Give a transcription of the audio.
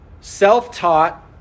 self-taught